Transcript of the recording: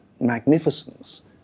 magnificence